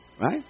Right